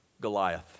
Goliath